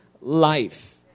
life